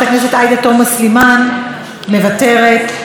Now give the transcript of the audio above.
חבר הכנסת עיסאווי פריג' אינו נוכח,